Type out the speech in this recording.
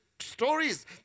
stories